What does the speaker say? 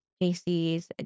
Casey's